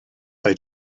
they